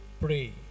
pray